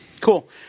Cool